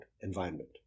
environment